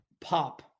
pop